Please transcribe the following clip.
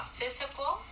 physical